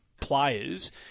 players